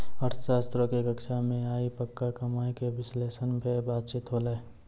अर्थशास्त्रो के कक्षा मे आइ पक्का कमाय के विश्लेषण पे बातचीत होलै